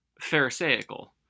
pharisaical